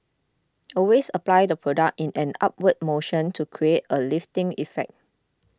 always apply the product in an upward motion to create a lifting effect